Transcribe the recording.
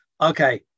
okay